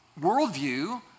worldview